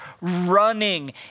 running